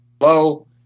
hello